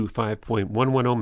5.110